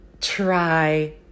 Try